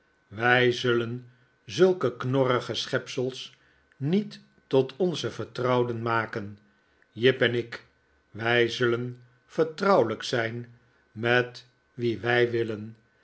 wij zullen zulke knorrige schepsels niet tot onze vertrouwden maken jip en ik wij zullen veftrouwelijk zijn met wie wij willen